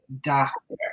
doctor